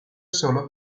solo